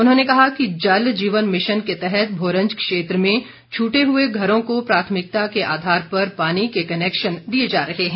उन्होंने कहा कि जल जीवन मिशन के तहत भोरंज क्षेत्र में छटे हए घरों को प्राथमिकता के आधार पर पानी के कनेक्शन दिए जा रहे हैं